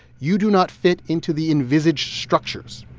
you do not fit into the envisaged structures.